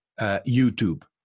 YouTube